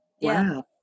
Wow